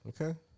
Okay